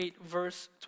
verse